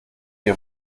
ihr